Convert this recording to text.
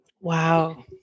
Wow